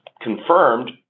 confirmed